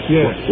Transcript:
Yes